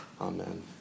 Amen